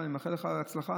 ואני מאחל לך הצלחה,